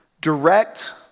direct